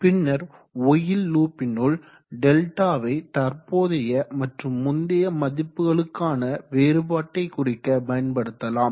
பின்னர் ஒயில் லூப்பினுள் டெல்டாவை தற்போதைய மற்றும் முந்தைய மதிப்புகளுக்கான வேறுபாட்டை குறிக்கபயன்படுத்தலாம்